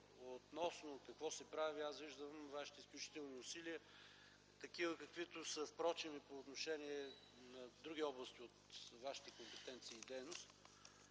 това какво се прави, аз виждам Вашите изключителни усилия такива, каквито са впрочем и по отношение на други области от Вашите компетенции и дейност.